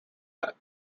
that